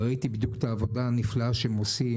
וראיתי את העבודה הנפלאה שהם עושים,